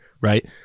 right